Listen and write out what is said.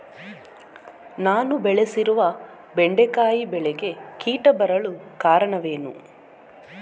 ನಾನು ಬೆಳೆಸಿರುವ ಬೆಂಡೆಕಾಯಿ ಬೆಳೆಗೆ ಕೀಟ ಬರಲು ಕಾರಣವೇನು?